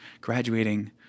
graduating